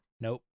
Nope